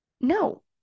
No